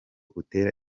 utera